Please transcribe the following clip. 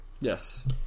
Yes